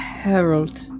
Harold